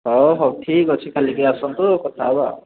ହଉ ହଉ ଠିକ୍ ଅଛି କାଲିକି ଆସନ୍ତୁ କଥା ହେବା ଆଉ